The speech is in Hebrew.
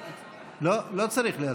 לא, לא צריך להצביע.